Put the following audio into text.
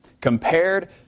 Compared